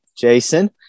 Jason